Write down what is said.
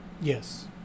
Yes